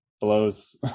blows